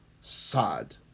sad